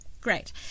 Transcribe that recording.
Great